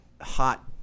hot